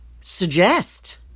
suggest